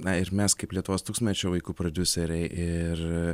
na ir mes kaip lietuvos tūkstantmečio vaikų prodiuseriai ir